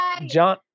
John